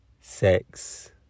Sex